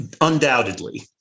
undoubtedly